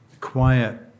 quiet